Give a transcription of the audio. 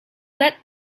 let